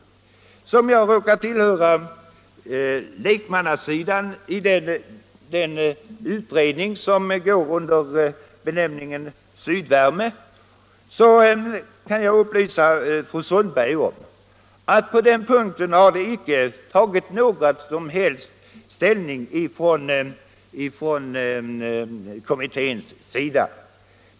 Eftersom jag råkar tillhöra lekmannasidan i den utredning som går under benämningen Sydvärme kan jag upplysa fru Sundberg om att på den punkten har utredningen inte tagit någon ställning.